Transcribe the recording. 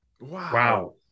wow